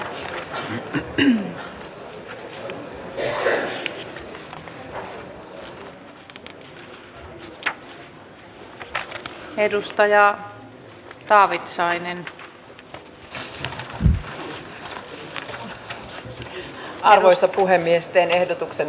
outi alanko kahiluoto vihr krista mikkosen vihr kannattamana